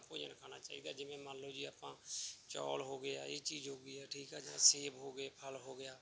ਭੋਜਨ ਖਾਣਾ ਚਾਹੀਦਾ ਜਿਵੇਂ ਮੰਨ ਲਓ ਜੀ ਆਪਾਂ ਚੌਲ ਹੋ ਗਏ ਆ ਇਹ ਚੀਜ਼ ਹੋ ਗਈ ਆ ਠੀਕ ਆ ਜਾਂ ਸੇਬ ਹੋ ਗਏ ਫਲ ਹੋ ਗਿਆ